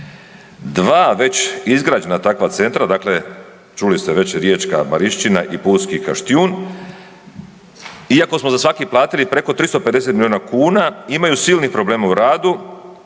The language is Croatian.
Dva već izgrađena takva centra, dakle čuli ste već riječka Marišćina i pulski Kaštijun iako smo za svaki platiti preko 350 miliona kuna imaju silnih problema u radu,